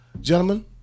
gentlemen